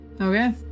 Okay